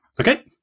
Okay